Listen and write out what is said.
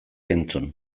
entzun